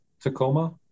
Tacoma